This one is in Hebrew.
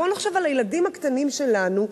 בואו נחשוב על הילדים הקטנים שלנו,